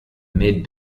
mid